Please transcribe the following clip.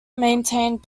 maintained